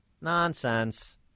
Nonsense